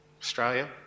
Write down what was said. Australia